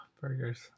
burgers